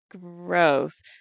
Gross